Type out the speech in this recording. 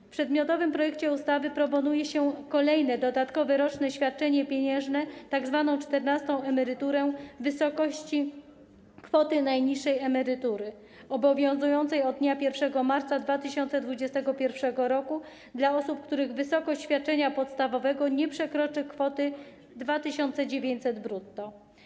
W przedmiotowym projekcie ustawy proponuje się kolejne dodatkowe roczne świadczenie pieniężne, tzw. czternastą emeryturę, w wysokości kwoty najniższej emerytury obowiązującej od dnia 1 marca 2021 r. dla osób, których wysokość świadczenia podstawowego nie przekroczy kwoty 2900 zł brutto.